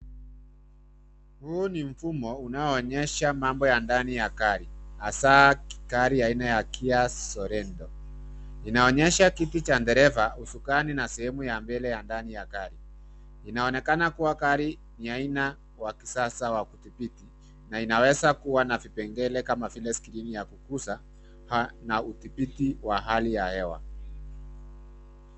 Huu ni mfumo unaoonyesha mambo ya ndani ya gari hasa gari ya KIA, inaonyesha kiti ya dereva usukani na sehemu ya mbele ya ndani ya gari inaonekana kuwa ni aina ya gari ya kudhibiti na inaweza kuwa na vipengele kama vile skrini ya kuchunguza na udhibiti wa hali ya hewa.